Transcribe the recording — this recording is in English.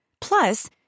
Plus